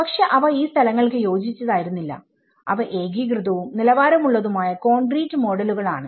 പക്ഷെ അവ ഈ സ്ഥലങ്ങൾക്ക് യോജിച്ചതായിരുന്നില്ല അവ ഏകീകൃതവുംനിലവാരമുള്ളതുമായ കോൺക്രീറ്റ് മോഡലുകൾ ആണ്